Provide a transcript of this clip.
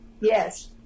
Yes